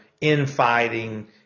infighting